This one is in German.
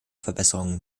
verbesserungen